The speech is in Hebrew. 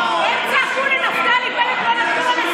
(חברת הכנסת יסמין פרידמן יוצאת מאולם המליאה.) מה זה הדבר הזה?